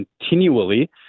continually